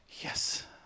yes